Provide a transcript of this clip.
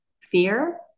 fear